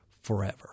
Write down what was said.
forever